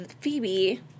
Phoebe